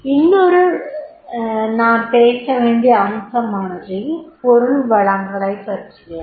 இன்னொரு நாம் பேசவேண்டிய அம்சமானது பொருள் வளங்களைப் பற்றியது